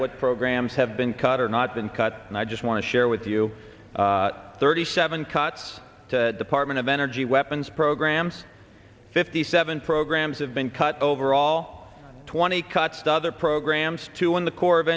what programs have been cut or not been cut and i just want to share with you thirty seven cuts to department of energy weapons programs fifty seven programs have been cut overall twenty cuts other programs to one the corps of